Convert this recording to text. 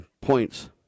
points